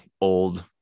old